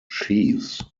sheaves